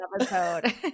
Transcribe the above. episode